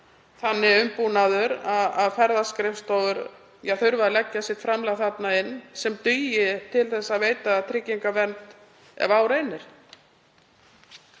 þannig umbúnaður að ferðaskrifstofur þurfi að leggja sitt framlag þarna inn sem dugi til að veita tryggingavernd ef á reynir.